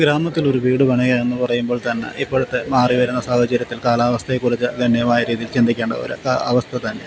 ഗ്രാമത്തിലൊരു വീട് പണിയുക എന്നു പറയുമ്പോൾ തന്നെ ഇപ്പോഴത്തെ മാറി വരുന്ന സാഹചര്യത്തിൽ കാലാവസ്ഥയെക്കുറിച്ച് ഗണ്യമായ രീതിയിൽ ചിന്തിക്കേണ്ട ഒരു അവസ്ഥ തന്നെയാണ്